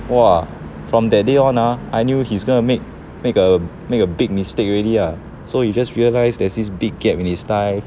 !wah! from that day on ah I knew he's gonna make make a make a big mistake already ah so he just realise that there's this big gap in his life